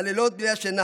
הלילות בלי השינה,